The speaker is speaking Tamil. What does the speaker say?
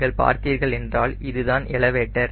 நீங்கள் பார்த்தீர்கள் என்றால் இது தான் எலவேட்டர்